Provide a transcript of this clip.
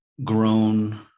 Grown